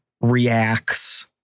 reacts